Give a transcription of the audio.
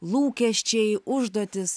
lūkesčiai užduotys